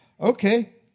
Okay